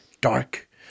dark